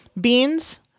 Beans